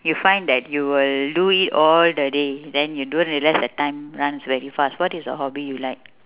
you find that you will do it all the day then you don't realise the time runs very fast what is a hobby you like